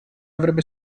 avrebbe